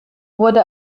wurde